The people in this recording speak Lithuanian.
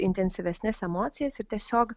intensyvesnes emocijas ir tiesiog